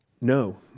no